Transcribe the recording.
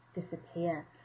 disappear